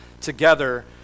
together